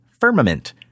Firmament